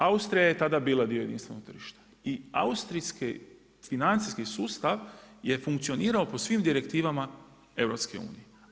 Austrija je tada bila dio jedinstvenog tržišta i austrijski financijski sustav je funkcionirao po svim direktivama EU.